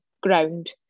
ground